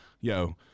yo